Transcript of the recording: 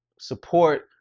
support